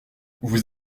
vous